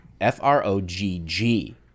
f-r-o-g-g